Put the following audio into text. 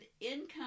income